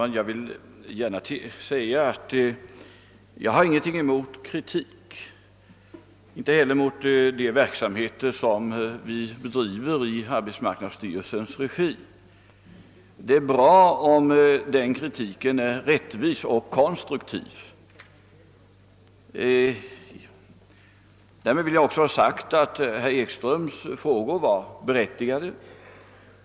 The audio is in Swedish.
Herr talman! Jag har ingenting emot kritik, följaktligen inte heller den som riktas mot de verksamheter vi bedriver i arbetsmarknadsstyrelsens regi. Kritik är bra, om den är rättvis och konstruktiv. Därmed vill jag också ha sagt att herr Ekströms i Iggesund frågor var berättigade.